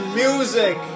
music